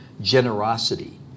generosity